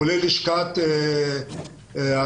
כולל לשכת המסחר,